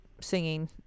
singing